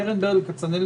קרן ברל כצנלסון,